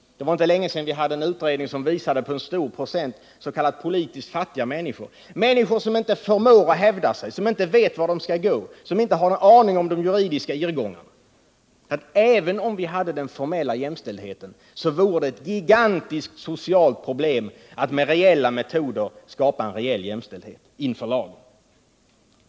Det var inte länge sedan en utredning visade hur stor procent av befolkningen som tillhör de s.k. politiskt fattiga människorna — sådana som inte förmår att hävda sig, som inte vet vart de skall gå och som inte har en aning om de juridiska irrgångarna. Även om vi hade den formella jämställdheten, vore det ett gigantiskt socialt problem att skapa en reell jämställdhet inför lagen.